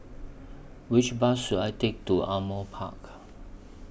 Which Bus should I Take to Ardmore Park